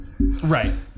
Right